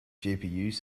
gpus